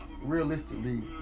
realistically